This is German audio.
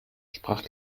sprach